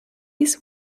his